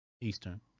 Eastern